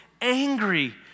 angry